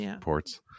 ports